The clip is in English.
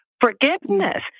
forgiveness